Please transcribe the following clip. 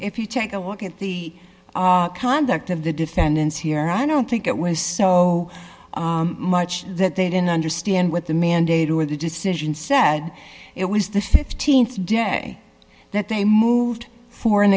if you take a look at the conduct of the defendants here i don't think it was so much that they didn't understand what the mandate or the decision said it was the th day that they moved for an